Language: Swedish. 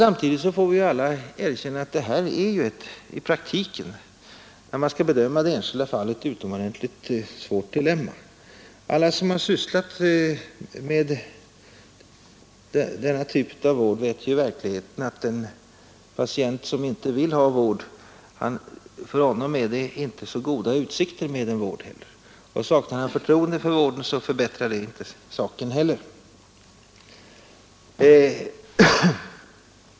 Samtidigt får vi alla erkänna att det här är i praktiken, när man skall bedöma det enskilda fallet, ett utomordentligt svårt dilemma. Alla som har sysslat med denna typ av vård vet ju att om patienten inte vill ha vård finns det inte stora utsikter att lyckas med den vården. Och saknar patienten förtroende för vården, så förbättrar det inte saken.